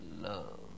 Love